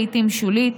לעיתים שולית,